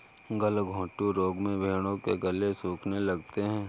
गलघोंटू रोग में भेंड़ों के गले सूखने लगते हैं